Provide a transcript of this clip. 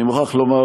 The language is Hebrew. אני מוכרח לומר,